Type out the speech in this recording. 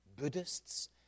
Buddhists